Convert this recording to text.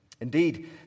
Indeed